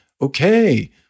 okay